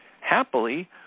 Happily